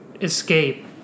escape